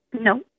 No